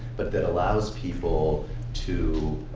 but that allows people to